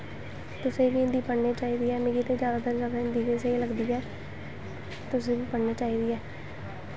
तुसें बी हिन्दी पढ़नी चाहिदी ऐ मिगा ते जैदातर हिन्दी गै स्हेई लगदी ऐ तुसें बी पढ़नी चाहिदी ऐ